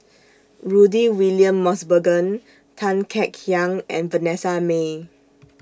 Rudy William Mosbergen Tan Kek Hiang and Vanessa Mae